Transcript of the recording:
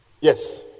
Yes